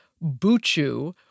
Buchu